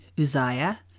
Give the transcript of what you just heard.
Uzziah